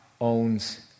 owns